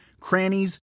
crannies